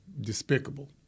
despicable